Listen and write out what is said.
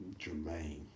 Jermaine